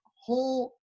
whole